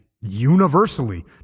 universally